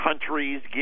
countries